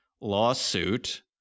lawsuit